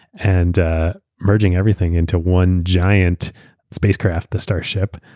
and ah merging everything into one giant spacecraft, the starship,